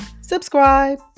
subscribe